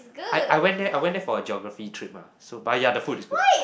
I I went there I went there for a geography trip mah so but ya the food is good